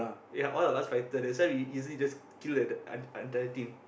ya all of us fighter that's why we easily just kill the en~ entire team